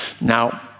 Now